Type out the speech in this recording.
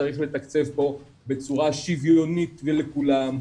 וצריך לתקצב פה בצורה שוויונית ולכולם,